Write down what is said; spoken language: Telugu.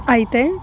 అయితే